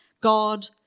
God